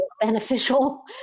beneficial